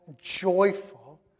joyful